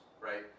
right